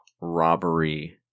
robbery